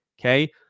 Okay